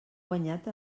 guanyat